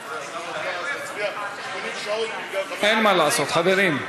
אז נצביע שעות בגלל, אין מה לעשות, חברים.